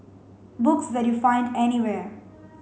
books that you find anywhere